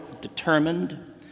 determined